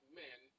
men